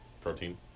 protein